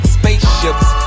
spaceships